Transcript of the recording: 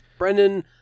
Brendan